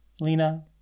Lena